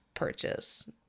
Purchase